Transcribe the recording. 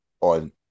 on